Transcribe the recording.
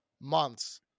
months